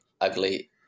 ugly